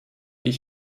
ich